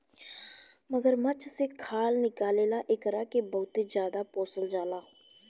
मगरमच्छ से खाल निकले ला एकरा के बहुते ज्यादे पोसल जाला